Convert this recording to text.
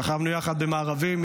שכבנו יחד במארבים,